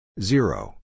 Zero